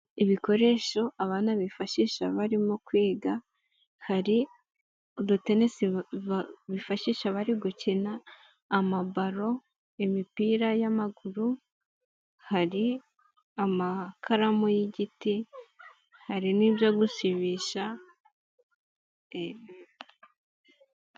Ibikoresho abana bifashisha barimo kwiga hari udutenesi bifashisha bari gukina amabalo imipira y'amaguru, hari amakaramu y'igiti hari n'ibyo gusibisha.